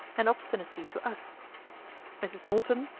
and obstinacy to us mrs. norton,